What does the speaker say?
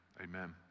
amen